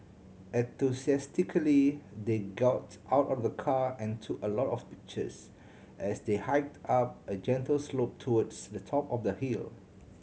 enthusiastically they got out of the car and took a lot of pictures as they hiked up a gentle slope towards the top of the hill